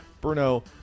bruno